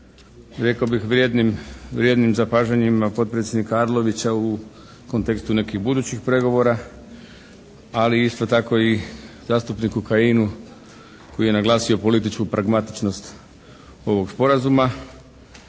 rekao bih vrijednim zapažanjima potpredsjednika Arlovića u kontekstu nekih budućih pregovora, ali isto tako i zastupniku Kajinu koji je naglasio političku pragmatičnost ovog sporazuma.